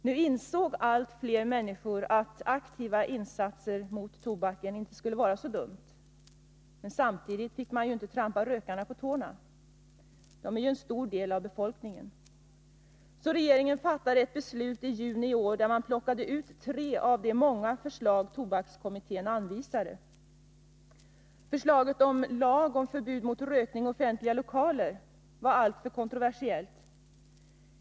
Nu insåg allt fler människor att aktiva insatser mot tobaken inte skulle vara så dumt. Men samtidigt fick man inte trampa rökarna på tårna. De är ju en stor del av befolkningen. Så regeringen fattade ett beslut i juni i år, där man plockat ut tre av de många förslag tobakskommittén lagt fram. Förslaget om lag om förbud mot rökning i offentliga lokaler var alltför kontroversiellt.